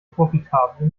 profitable